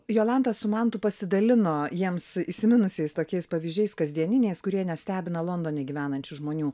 jolanta su mantu pasidalino jiems įsiminusiais tokiais pavyzdžiais kasdieniniais kurie nestebina londone gyvenančių žmonių